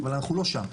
אבל אנחנו לא שם.